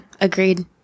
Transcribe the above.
Agreed